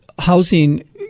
housing